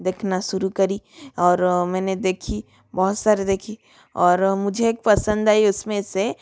देखना शुरू करी और मैंने देखी बहुत सारे देखी और मुझे एक पसंद आई उसमें से